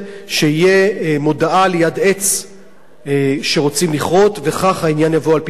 שתהיה מודעה ליד עץ שרוצים לכרות וכך העניין יבוא על פתרונו.